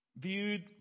viewed